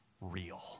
real